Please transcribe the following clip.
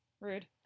Rude